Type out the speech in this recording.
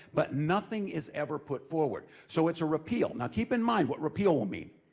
but nothing is ever put forward. so it's a repeal. now keep in mind what repeal will mean.